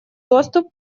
доступ